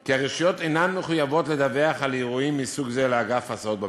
כי הרשויות אינן מחויבות לדווח על אירועים מסוג זה לאגף ההסעות במשרד.